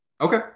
Okay